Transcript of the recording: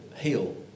heal